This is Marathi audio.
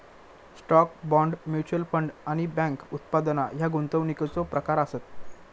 स्टॉक, बाँड, म्युच्युअल फंड आणि बँक उत्पादना ह्या गुंतवणुकीचो प्रकार आसत